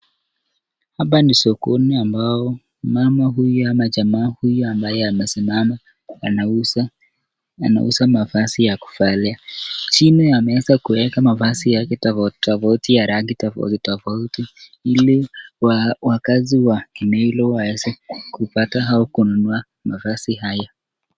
Hapa ni sokoni ambao mama huyu ama jamaa huyu ambaye amesimama wanauza mavazi ya kuvalia. Chini ya meza kuweka mavazi yake tofauti tofauti ya rangi tofauti tofauti ili wakazi wa kimilo waweze kupata au kununua mavazi haya.